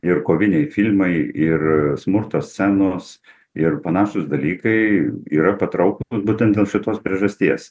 ir koviniai filmai ir smurto scenos ir panašūs dalykai yra patrau būten dėl šitos priežasties